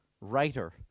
writer